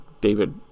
David